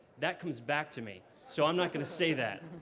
that comes back to me. so i'm not going to say that.